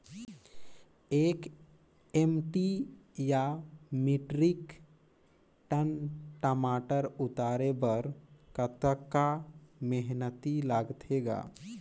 एक एम.टी या metric tonne टमाटर उतारे बर कतका मेहनती लगथे ग?